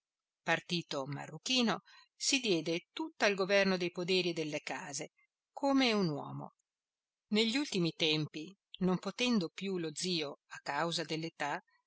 partito marruchino si diede tutta al governo dei poderi e delle case come un uomo negli ultimi tempi non potendo più lo zio a causa